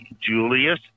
Julius